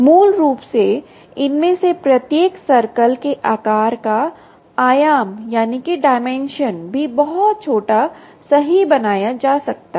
मूल रूप से इनमें से प्रत्येक सर्कल के आकार का आयाम भी बहुत छोटा सही बनाया जा सकता है